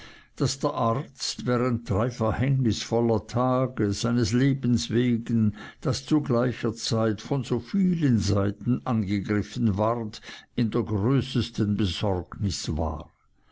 daß der arzt während drei verhängnisvoller tage seines lebens wegen das zu gleicher zeit von so vielen seiten angegriffen ward in der größesten besorgnis war